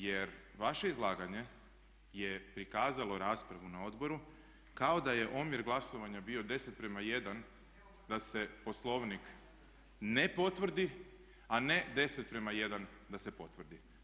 Jer vaše izlaganje je prikazalo raspravu na odboru kao da je omjer glasovanja bio 10:1 da se poslovnik ne potvrdi a ne 10:1 da se potvrdi.